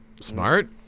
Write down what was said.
Smart